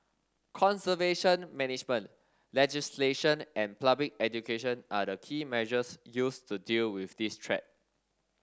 conservation management legislation and public education are the key measures used to deal with this threat